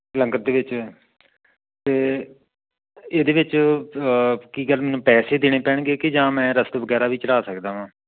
ਲੰਗਰ ਦੇ ਵਿੱਚ ਅਤੇ ਇਹਦੇ ਵਿੱਚ ਕੀ ਗੱਲ ਮੈਨੂੰ ਪੈਸੇ ਦੇਣੇ ਪੈਣਗੇ ਕਿ ਜਾਂ ਮੈਂ ਰਸਦ ਵਗੈਰਾ ਵੀ ਚੜ੍ਹਾ ਸਕਦਾ ਹਾਂ